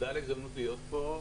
להיות פה.